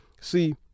See